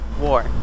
war